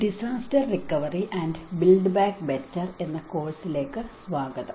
disaster recovery and build back better എന്ന കോഴ്സിലേക്ക് സ്വാഗതം